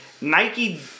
Nike